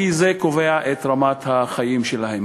כי זה קובע את רמת החיים שלהן.